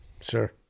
Sure